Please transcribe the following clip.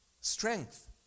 strength